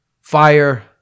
fire